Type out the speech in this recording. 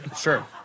Sure